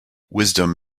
wisdom